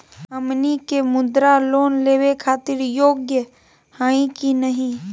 हमनी के मुद्रा लोन लेवे खातीर योग्य हई की नही?